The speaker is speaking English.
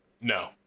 no